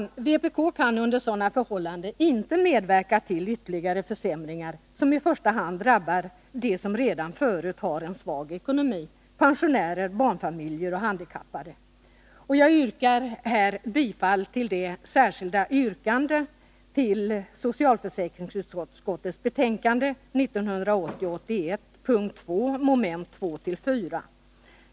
Vänsterpartiet kommunisterna kan under sådana förhållanden inte medverka till ytterligare försämringar, som i första hand drabbar dem som redan förut har en svag ekonomi — pensionärer, barnfamiljer, handikappade. Jag yrkar här bifall till vårt särskilda yrkande till socialförsäkringsutskottets betänkande 1980/81:21 p. 2, mom. 24.